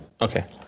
Okay